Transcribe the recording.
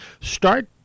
start